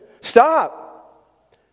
Stop